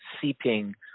seeping